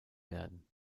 werden